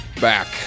Back